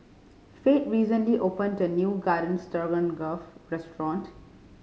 Fate recently opened a new Garden Stroganoff restaurant